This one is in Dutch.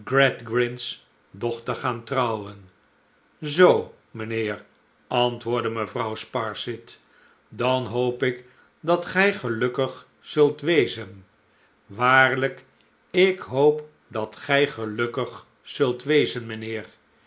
gradgrind's dochter gaan trouwen zoo mijnheer antwoordde mevrouw sparsit dan hoop ik dat gij gelukkig zult wezen waarlijk ik hoop dat gij gelukkig zult wezen mijnheer